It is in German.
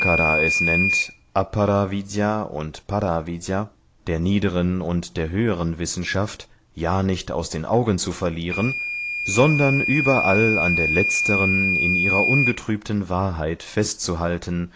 vidy und par vidy der niederen und der höheren wissenschaft ja nicht aus den augen zu verlieren sondern überall an der letzteren in ihrer ungetrübten wahrheit festzuhalten